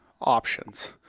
options